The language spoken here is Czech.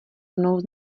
mnou